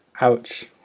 ouch